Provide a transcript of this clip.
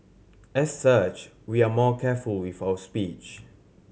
as such we are more careful with our speech